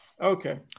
okay